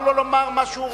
מותר לו לומר מה שהוא רוצה.